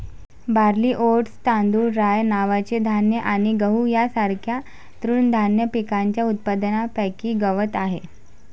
barley, oats, तांदूळ, rye नावाचे धान्य आणि गहू यांसारख्या तृणधान्य पिकांच्या उत्पादनापैकी गवत आहे